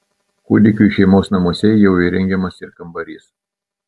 kūdikiui šeimos namuose jau įrengiamas ir kambarys